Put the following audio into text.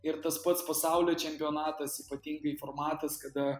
ir tas pats pasaulio čempionatas ypatingai formatas kada